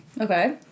Okay